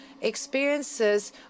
experiences